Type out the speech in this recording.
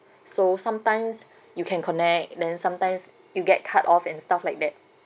so sometimes you can connect then sometimes you get cut off and stuff like that